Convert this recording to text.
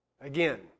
Again